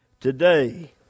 Today